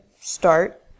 start